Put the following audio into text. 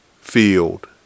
field